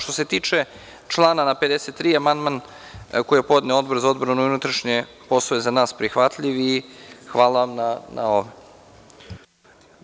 Što se tiče člana 53. amandman koji je podneo Odbor za odbranu i unutrašnje poslove je za nas prihvatljiv i hvala vam na ovome.